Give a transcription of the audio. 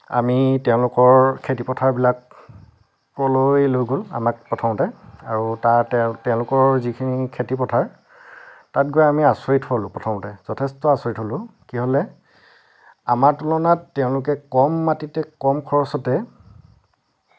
আমি তেওঁলোকৰ খেতিপথাৰবিলাকলৈ লৈ গ'ল আমাক প্ৰথমতে আৰু তাত তেওঁলোকৰ যিখিনি খেতিপথাৰ তাত গৈ আমি আচৰিত হ'লোঁ প্ৰথমতে যথেষ্ট আচৰিত হ'লোঁ কিহলে আমাৰ তুলনাত তেওঁলোকে কম মাটিতে কম খৰচতে